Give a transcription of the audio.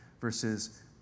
Verses